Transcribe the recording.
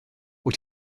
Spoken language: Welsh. wyt